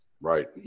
Right